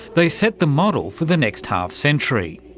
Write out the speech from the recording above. they set the model for the next half century.